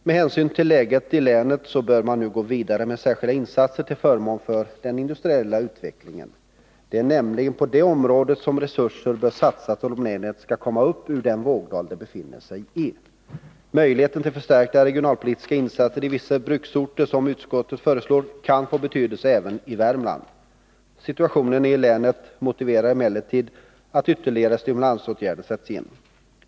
Med hänsyn till läget i länet bör man nu gå vidare med särskilda insatser till förmån för den industriella utvecklingen. Det är nämligen på det området som resurser bör satsas, om länet skall komma upp ur den vågdal det befinner sig i. Möjligheterna till förstärkta regionalpolitiska insatser i vissa bruksorter, som utskottet föreslår, kan få betydelse även i Värmland. Situationen i länet motiverar emellertid att ytterligare stimulansåtgärder sätts in.